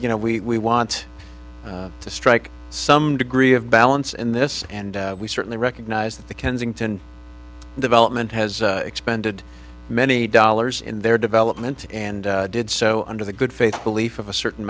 you know we want to strike some degree of balance in this and we certainly recognize that the kensington development has expended many dollars in their development and did so under the good faith belief of a certain